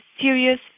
serious